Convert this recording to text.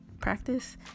practice